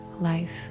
life